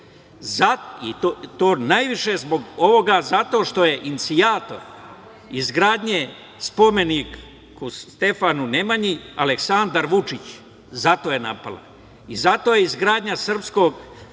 još? Najviše zbog toga što je inicijator izgradnje spomenika Stefanu Nemanji Aleksandar Vučić. Zato je napala. Zato je izgradnja spomenika